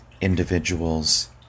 individuals